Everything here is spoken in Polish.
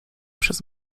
przez